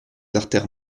artères